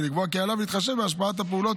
ולקבוע כי עליו להתחשב בהשפעת הפעולות